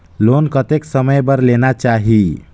Loan कतेक समय बर लेना चाही?